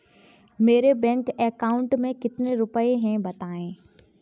मेरे bank account में कितने रुपए हैं बताएँ?